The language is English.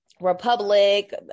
Republic